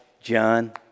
john